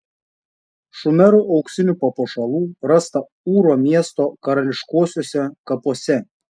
šumerų auksinių papuošalų rasta ūro miesto karališkuosiuose kapuose